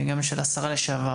וגם של השרה לשעבר,